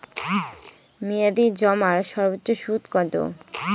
মেয়াদি জমার সর্বোচ্চ সুদ কতো?